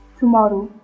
tomorrow